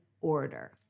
order